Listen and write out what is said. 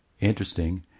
interesting